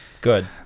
Good